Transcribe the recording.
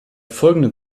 folgenden